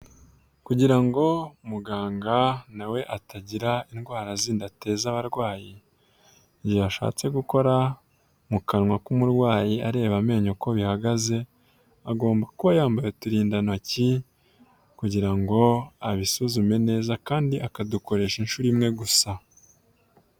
Kugira ngo muganga nawe atagira indwara zindi ateza abarwayi, igihe ashatse gukora mu kanwa k'umurwayi areba amenyo uko bihagaze agomba kuba yambaye uturindantoki kugira ngo abisuzume neza kandi akadukoresha inshuro imwe gusa.